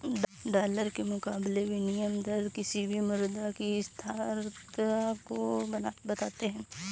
dollar के मुकाबले विनियम दर किसी भी मुद्रा की स्थिरता को बताते हैं